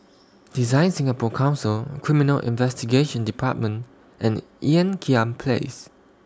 Design Singapore Council Criminal Investigation department and Ean Kiam Place